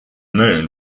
known